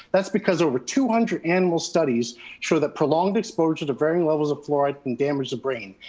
that's because over two hundred animal studies show that prolonged exposure to varying levels of fluoride can damage the brain,